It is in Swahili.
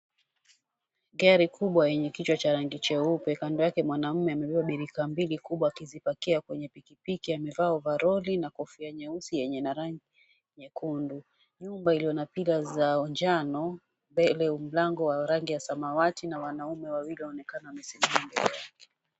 Gari kubwa yenye kichwa cha rangi cheupe. Kando yake mwanaume amebeba birika mbili kubwa akizipakia kwenye pikipiki, amevaa ovaroli na kofia nyeusi yenye ina rangi nyekundu. Nyumba iliyo na pila za njano, mbele ya mlango wa rangi ya samawati na wanaume wawili waonekana wamesimama mbele yake.